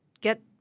get